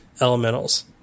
elementals